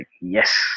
yes